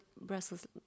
Brussels